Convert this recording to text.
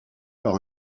par